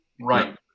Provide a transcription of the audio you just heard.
right